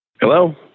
Hello